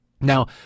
Now